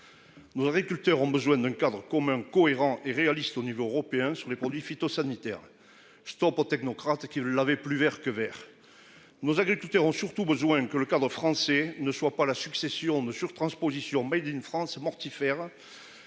Nos agriculteurs ont besoin d'un cadre commun cohérent et réaliste au niveau européen sur les produits phytosanitaires. Stop aux technocrates qui veulent laver plus Vert que Vert. Nos agriculteurs ont surtout besoin que le cadre français ne soit pas la succession de sur-transpositions Made in France mortifère.